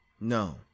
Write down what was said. no